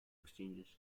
exchanges